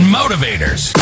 motivators